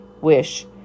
wish